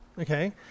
Okay